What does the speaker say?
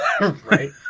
Right